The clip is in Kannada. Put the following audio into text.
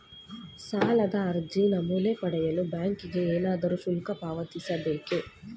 ಸಾಲದ ಅರ್ಜಿ ನಮೂನೆ ಪಡೆಯಲು ಬ್ಯಾಂಕಿಗೆ ಏನಾದರೂ ಶುಲ್ಕ ಪಾವತಿಸಬೇಕೇ?